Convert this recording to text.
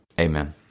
Amen